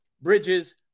Bridges